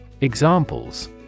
Examples